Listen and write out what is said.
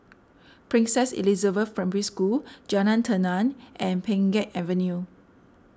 Princess Elizabeth Primary School Jalan Tenang and Pheng Geck Avenue